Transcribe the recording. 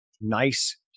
nice